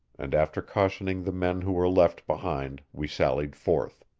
and after cautioning the men who were left behind we sallied forth.